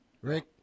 Rick